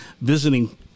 visiting